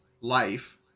life